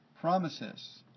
promises